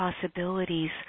possibilities